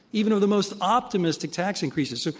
even of the most optimistic tax increases. so,